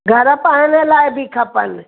घर पाइण लाइ बि खपनि